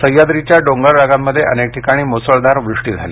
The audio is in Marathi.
सह्याद्रीच्या डोंगररांगांमध्ये अनेक ठिकाणी मुसळधार वृष्टी झाली